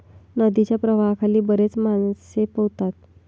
नदीच्या प्रवाहाखाली बरेच मासे पोहतात